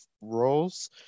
roles